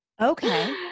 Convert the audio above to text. Okay